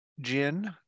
gin